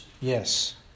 Yes